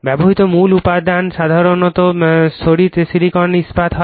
ব্যবহৃত মূল উপাদান সাধারণত স্তরিত সিলিকন ইস্পাত হয়